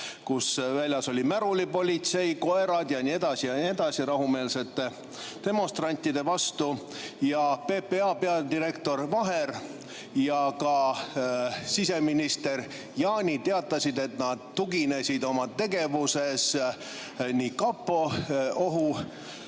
kui välja oli toodud märulipolitsei, koerad jne rahumeelsete demonstrantide vastu. PPA peadirektor Vaher ja ka siseminister Jaani teatasid, et nad tuginesid oma tegevuses nii kapo